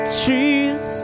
trees